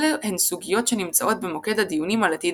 אלה הן סוגיות שנמצאות במוקד הדיונים על עתיד